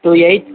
two eight